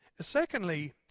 Secondly